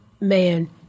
man